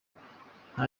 nta